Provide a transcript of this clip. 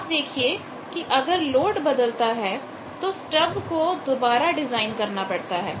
आप देखिए कि अगर लोड बदलता है तो स्टब को दोबारा डिजाइन करना पड़ता है